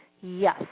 Yes